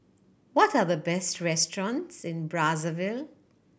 what are the best restaurants in Brazzaville